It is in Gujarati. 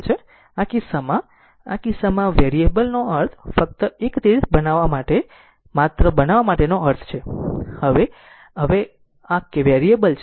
આ કિસ્સામાં આ કિસ્સામાં વેરીએબલ નો અર્થ ફક્ત એક તીર બનાવવા માટે માત્ર બનાવવા માટેનો અર્થ છે હવે આ હવે વેરીએબલ છે